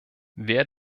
wer